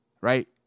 right